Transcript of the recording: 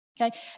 okay